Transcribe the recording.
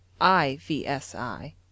IVSI